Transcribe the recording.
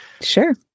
Sure